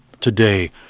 today